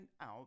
out